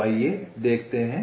तो आईये देखते हैं